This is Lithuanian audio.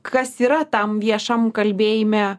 kas yra tam viešam kalbėjime